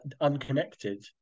unconnected